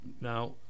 Now